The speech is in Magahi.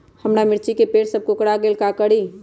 हमारा मिर्ची के पेड़ सब कोकरा गेल का करी?